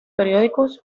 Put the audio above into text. periódicos